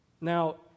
Now